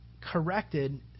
corrected